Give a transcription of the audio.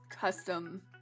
custom